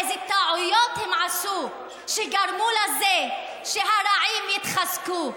איזה טעויות הם עשו שגרמו לזה שהרעים התחזקו.